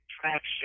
traction